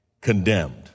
condemned